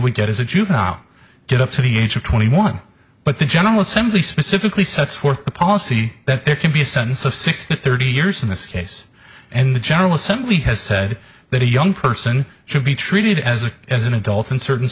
would get is a juvenile get up to the age of twenty one but the general assembly specifically sets forth the policy that there can be a sentence of six to thirty years in this case and the general assembly has said that a young person should be treated as a as an adult in certain